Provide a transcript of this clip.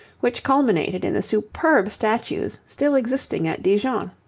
which culminated in the superb statues still existing at dijon.